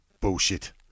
Bullshit